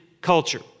culture